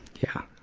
yeah.